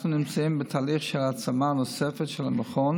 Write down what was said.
אנחנו נמצאים בתהליך של העצמה נוספת של המכון